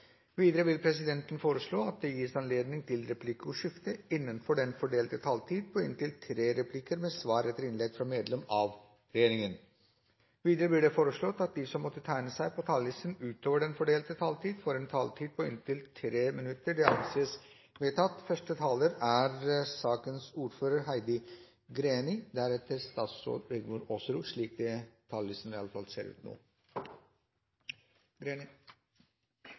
Videre vil presidenten foreslå at det gis anledning til replikkordskifte på inntil tre replikker med svar etter innlegg fra medlem av regjeringen innenfor den fordelte taletid. Videre blir det foreslått at de som måtte tegne seg på talerlisten utover den fordelte taletid, får en taletid på inntil 3 minutter. – Det anses vedtatt. Når vi nå